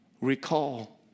recall